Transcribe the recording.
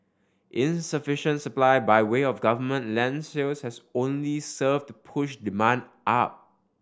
insufficient supply by way of government land sales has only served to push demand up